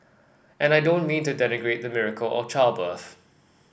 and I don't mean to denigrate the miracle of childbirth